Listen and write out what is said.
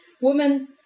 Women